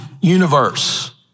universe